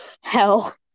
hell